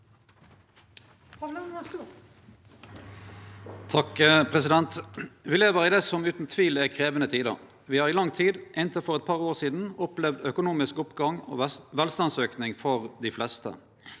(A) Me lever i det som utan tvil er krevjande tider. Me har i lang tid, inntil for eit par år sidan, opplevd økonomisk oppgang og velstandsauke for dei fleste.